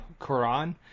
Quran